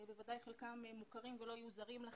בוודאי חלקם מוכרים ולא יהיו זרים לכם.